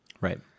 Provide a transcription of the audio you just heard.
Right